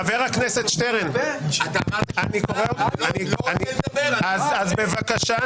חבר הכנסת שטרן --- אני לא רוצה לדבר --- אז בבקשה,